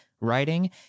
writing